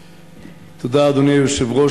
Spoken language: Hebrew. תודה, אדוני היושב-ראש.